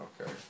Okay